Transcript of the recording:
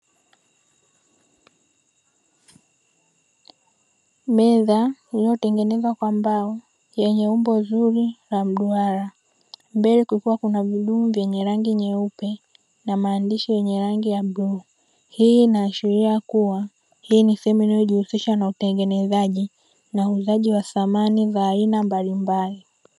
Meza iliyotengenezwa kwa mbao yenye umbo zuri la mduara mbele kukiwa kuna gurudumu lenye rangi nyeupe na maandishi yenye rangi ya bluu, hii inaashiria kuwa hii sehemu inayojihusisha na utengenezaji na uuzaji wa samani za aina mbalimbali.